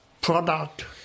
product